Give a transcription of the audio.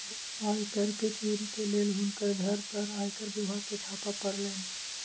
आय कर के चोरी के लेल हुनकर घर पर आयकर विभाग के छापा पड़लैन